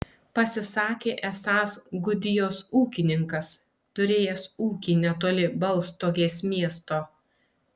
pasisakė esąs gudijos ūkininkas turėjęs ūkį netoli baltstogės miesto